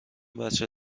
بچه